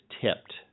tipped